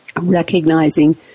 recognizing